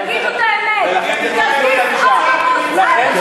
אתם שולחים אותם עד לדרום תל-אביב.